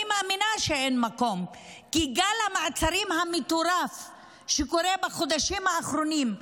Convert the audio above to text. אני מאמינה שאין מקום כי גל המעצרים המטורף שקורה בחודשים האחרונים,